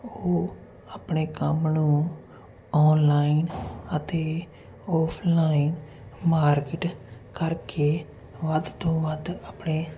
ਉਹ ਆਪਣੇ ਕੰਮ ਨੂੰ ਆਨਲਾਈਨ ਅਤੇ ਔਫਲਾਈਨ ਮਾਰਕੀਟ ਕਰਕੇ ਵੱਧ ਤੋਂ ਵੱਧ ਆਪਣੇ